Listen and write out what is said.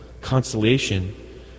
consolation